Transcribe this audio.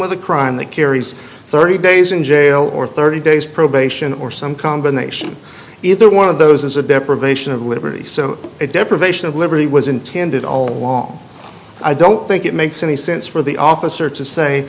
with a crime that carries thirty days in jail or thirty days probation or some combination either one of those is a deprivation of liberty so deprivation of liberty was intended all along i don't think it makes any sense for the officer to say